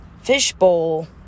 fishbowl